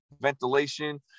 ventilation